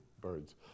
birds